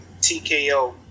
TKO